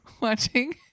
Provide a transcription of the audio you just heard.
watching